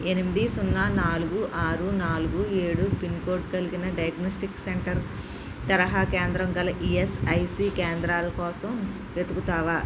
ఏమినిది సున్న నాలుగు ఆరు నాలుగు ఏడు పిన్ కోడ్ కలిగిన డయాగ్నోస్టిక్ సెంటర్ తరహా కేంద్రం గల ఈఎస్ఐసి కేంద్రాల కోసం వెతుకుతావా